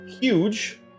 huge